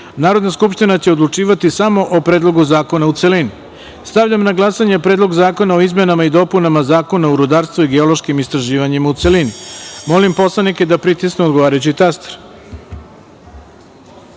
Narodna skupština će odlučivati samo o Predlogu zakona u celini. Stavljam na glasanje Predlog zakona o izmenama i dopunama Zakona o rudarstvu i geološkim istraživanjima, u celini. Molim poslanike da pritisnu odgovarajući